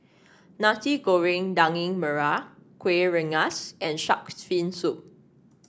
Nasi Goreng Daging Merah Kuih Rengas and shark's fin soup